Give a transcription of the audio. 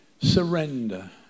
surrender